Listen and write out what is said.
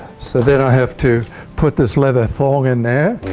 so then i have to put this leather fold in there.